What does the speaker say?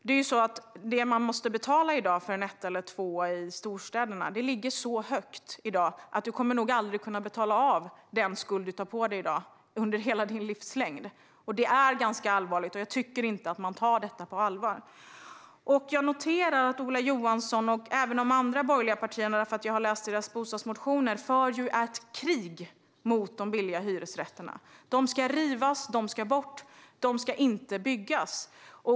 Man måste i dag betala så mycket för en etta eller en tvåa i storstäderna att man nog inte under hela sin livslängd kommer att kunna betala av den skuld man tar på sig. Detta är allvarligt, men jag tycker inte att det tas på allvar. Jag noterar att Ola Johansson och även de andra borgerliga partierna - jag har läst deras bostadsmotioner - för ett krig mot de billiga hyresrätterna. De ska rivas, de ska bort, de ska inte byggas.